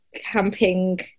camping